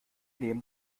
nehmen